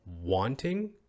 wanting